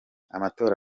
amatora